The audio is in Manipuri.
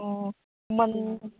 ꯑꯣ ꯃꯟ